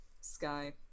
sky